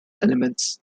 elements